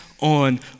on